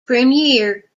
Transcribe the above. premiere